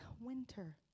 Winter